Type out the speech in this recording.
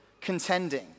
contending